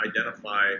identify